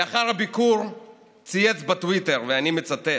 לאחר הביקור צייץ בטוויטר, ואני מצטט: